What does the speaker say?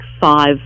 five